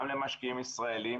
גם למשקיעים ישראלים